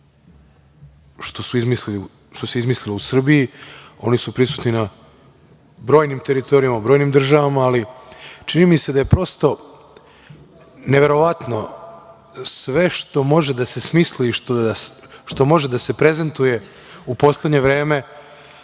što se izmislilo u Srbiji, oni su prisutni na brojnim teritorijama, u brojnim državama, ali čini mi se da je prosto neverovatno, sve što može da se smisli i što može da se prezentuje u poslednje vreme,